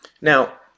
now